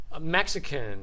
mexican